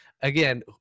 Again